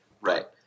Right